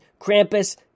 Krampus